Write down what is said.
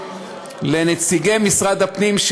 לנציגי משרד הפנים,